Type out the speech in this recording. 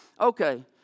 Okay